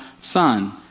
son